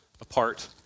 apart